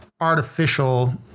artificial